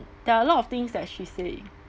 there are a lot of things that she say